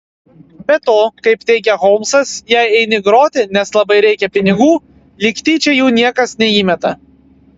be to kaip teigia holmsas jei eini groti nes labai reikia pinigų lyg tyčia jų niekas neįmeta